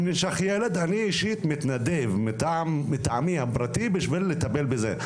אם ננשך ילד אני אישית מתנדב מטעמי הפרטי בשביל לטפל בזה.